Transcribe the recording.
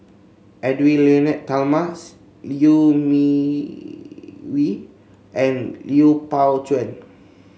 Edwy Lyonet Talma Liew Mee Wee and Lui Pao Chuen